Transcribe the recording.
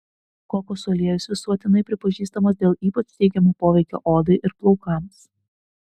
kokosų aliejus visuotinai pripažįstamas dėl ypač teigiamo poveikio odai ir plaukams